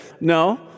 no